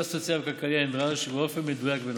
הסוציאלי הכלכלי הנדרש באופן מדויק ונכון.